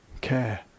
care